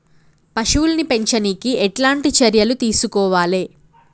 పశువుల్ని పెంచనీకి ఎట్లాంటి చర్యలు తీసుకోవాలే?